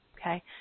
okay